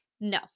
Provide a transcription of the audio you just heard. no